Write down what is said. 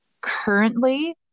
currently